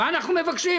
מה אנחנו מבקשים?